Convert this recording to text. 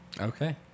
Okay